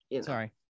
sorry